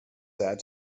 sad